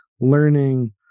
learning